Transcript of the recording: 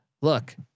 look